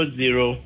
zero